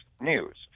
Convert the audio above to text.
news